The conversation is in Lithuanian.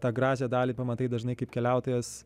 tą gražią dalį pamatai dažnai kaip keliautojas